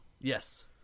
yes